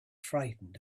frightened